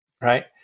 right